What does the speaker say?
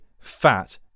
fat